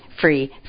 free